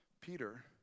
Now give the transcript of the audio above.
Peter